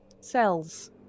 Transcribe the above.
cells